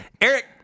Eric